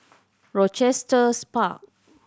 Rochester's Park